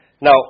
Now